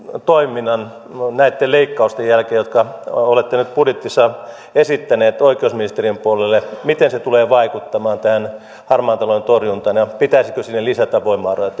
toiminnan näitten leikkausten jälkeen jotka olette nyt budjetissa esittäneet oikeusministeriön puolelle miten ne tulevat vaikuttamaan tähän harmaan talouden torjuntaan ja ja pitäisikö sinne lisätä voimavaroja